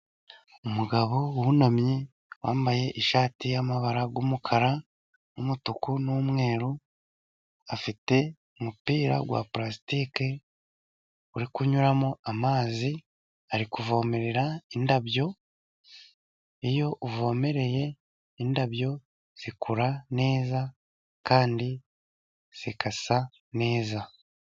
Umugabo wunamye wambaye ishati y'amabara y'umukara n'umutuku n'mweru, afite umupira wa parasitike uri kunyuramo amazi, ari kuvomerera indabyo, iyo uvomereye indabyo zikura neza, kandi zigasa neza.